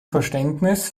verständnis